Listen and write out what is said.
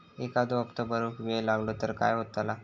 एखादो हप्तो भरुक वेळ लागलो तर काय होतला?